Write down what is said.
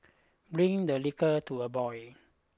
bring the liquor to a boil